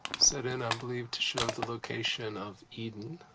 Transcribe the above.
set in, i believe, to show the location of eden.